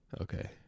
Okay